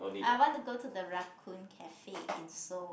I want to go to the raccoon cafe in Seoul